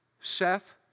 Seth